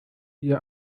ihr